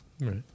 Right